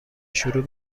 شروع